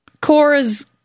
Cora's